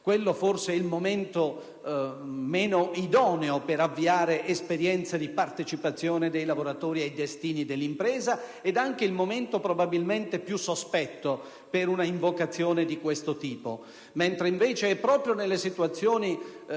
Quello forse è il momento meno idoneo per avviare esperienze di partecipazione dei lavoratori ai destini dell'impresa e probabilmente anche il momento più sospetto per un'invocazione di questo tipo. Invece, è proprio nella situazione